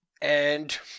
And-